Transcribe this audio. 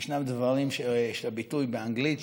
ישנם דברים הביטוי באנגלית,